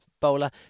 bowler